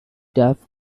duff